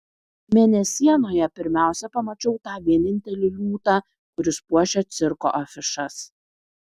mėnesienoje pirmiausia pamačiau tą vienintelį liūtą kuris puošia cirko afišas